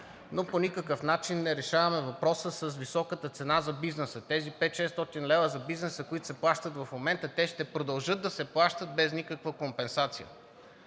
но по никакъв начин не решаваме въпроса с високата цена за бизнеса. Тези 500 – 600 лв. за бизнеса, които се плащат в момента, ще продължат да се плащат без никаква компенсация.